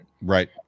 right